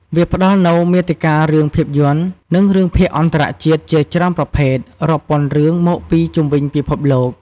វាផ្ដល់នូវ មាតិការឿងភាពយន្ត និងរឿងភាគអន្តរជាតិ ជាច្រើនប្រភេទ រាប់ពាន់រឿងមកពីជុំវិញពិភពលោក។